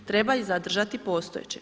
Treba i zadržati postojeće.